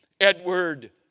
Edward